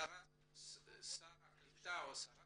שר הקליטה או שרת